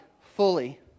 fully